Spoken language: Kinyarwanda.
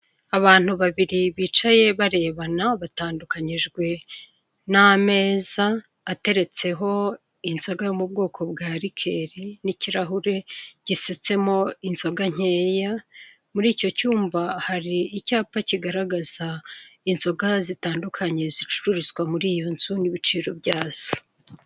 Abantu babiri bicaye barebana batandukanyijwe n'ameza ateretseho inzoga yo mu bwoko bwa rikeri n'ikirahure gisutsemo inzoga nkeya, muri icyo cyumba hari icyapa kigaragaza inzoga zitandukanye zicururizwa muri iyo nzu n'ibiciro byazo.